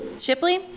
Shipley